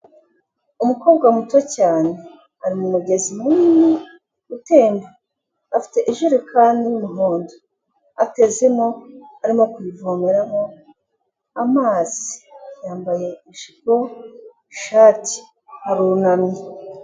Umukobwa muto cyane a umugezi munini utemba afite ijerekani y'umuhondo atezemo arimo kuyivomeramo amazi yambaye ijipo, shati arunamye.